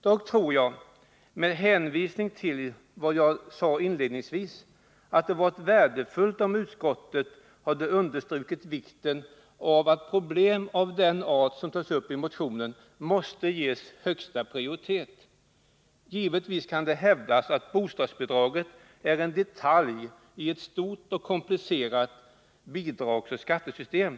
Dock tror jag, med hänvisning till vad jag sade inledningsvis, att det hade varit värdefullt om utskottet hade understrukit vikten av att problem av den art som tas upp i motionen måste ges högsta prioritet. Givetvis kan det hävdas att bostadsbidragen är en detalj i ett stort och komplicerat bidragsoch skattesystem.